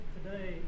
Today